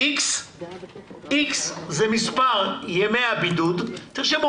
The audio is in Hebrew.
X זה מספר ימי הבידוד פחות אחד,